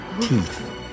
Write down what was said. teeth